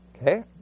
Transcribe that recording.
Okay